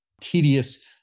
tedious